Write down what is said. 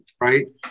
right